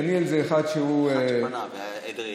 דניאל זה אחד שהוא, אחד שפנה והיה עד ראייה.